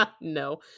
No